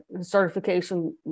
certification